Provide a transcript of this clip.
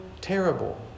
terrible